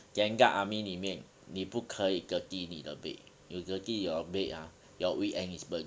整个 army 里面你不可以 dirty 你的 bed you dirty your bed ah your weekend is burnt